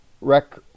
wreck